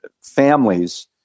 families